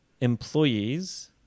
employees